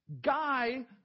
guy